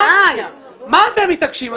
מה אתם מתעקשים?